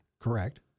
Correct